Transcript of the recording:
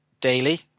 daily